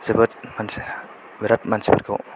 जोबोद मानसि बिराद मानसिफोरखौ